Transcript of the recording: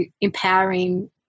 empowering